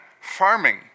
farming